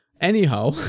Anyhow